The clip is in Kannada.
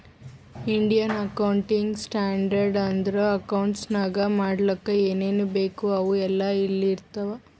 ಇಂಡಿಯನ್ ಅಕೌಂಟಿಂಗ್ ಸ್ಟ್ಯಾಂಡರ್ಡ್ ಅಂದುರ್ ಅಕೌಂಟ್ಸ್ ನಾಗ್ ಮಾಡ್ಲಕ್ ಏನೇನ್ ಬೇಕು ಅವು ಎಲ್ಲಾ ಇಲ್ಲಿ ಇರ್ತಾವ